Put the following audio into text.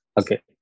Okay